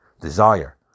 Desire